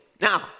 Now